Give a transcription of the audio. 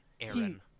Aaron